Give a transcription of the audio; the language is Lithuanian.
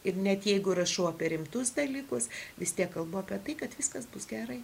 ir net jeigu rašau apie rimtus dalykus vis tiek kalbu apie tai kad viskas bus gerai